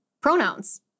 pronouns